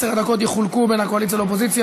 התשע"ח 2017,